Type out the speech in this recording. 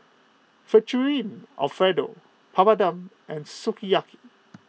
Alfredo Papadum and Sukiyaki